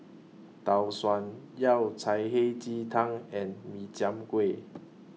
Tau Suan Yao Cai Hei Ji Tang and Min Chiang Kueh